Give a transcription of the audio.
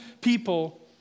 people